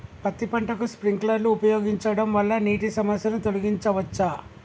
పత్తి పంటకు స్ప్రింక్లర్లు ఉపయోగించడం వల్ల నీటి సమస్యను తొలగించవచ్చా?